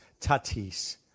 Tatis